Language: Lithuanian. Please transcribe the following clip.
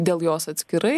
dėl jos atskirai